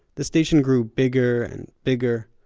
the station grew bigger and bigger.